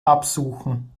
absuchen